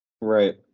Right